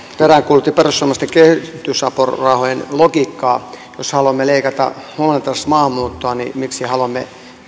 peräänkuulutti perussuomalaisten kehitysapurahojen logiikkaa jos haluamme leikata huomattavasti maahanmuuttoa niin miksi haluamme